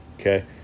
okay